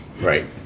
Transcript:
Right